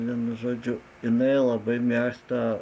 vienu žodžiu jinai labai mėgsta